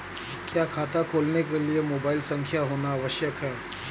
क्या खाता खोलने के लिए मोबाइल संख्या होना आवश्यक है?